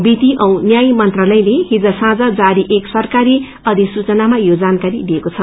विधि औ न्याय मंत्रालयले हिज साँझ जारी एक सरकारी अधिसूचनामा यो जानकारी दिएको छ